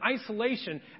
isolation